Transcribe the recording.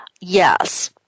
yes